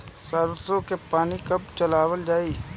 सरसो में पानी कब चलावल जाई?